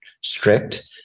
strict